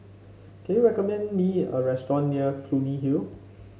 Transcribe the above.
can you recommend me a restaurant near Clunny Hill